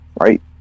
right